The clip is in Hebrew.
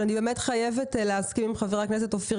אבל אני חייבת להסכים עם חבר הכנסת אופיר